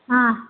ஆ